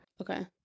Okay